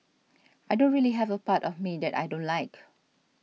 I don't really have a part of me that I don't like